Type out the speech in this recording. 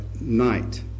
night